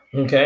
Okay